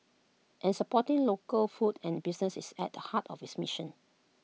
and supporting local food and businesses is at the heart of its mission